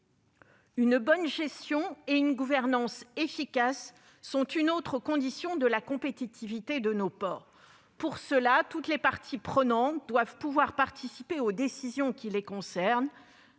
Une bonne gestion et une gouvernance efficace sont aussi nécessaires pour la compétitivité de nos ports : pour cela, toutes les parties prenantes doivent pouvoir participer aux décisions qui les concernent.